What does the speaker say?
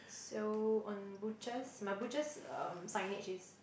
so on butchers my butchers um signage is